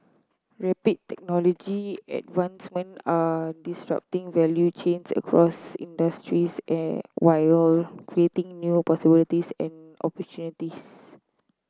rapid technology advancement are disrupting value chains across industries while creating new possibilities and opportunities